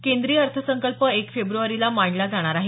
केंद्रीय अर्थसंकल्प एक फेब्रुवारीला मांडला जाणार आहे